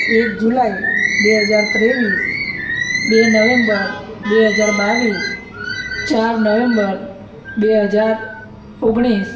એક જુલાઈ બે હજાર ત્રેવીસ બે નવેમ્બર બે હજાર બાવીસ ચાર નવેમ્બર બે હજાર ઓગણીસ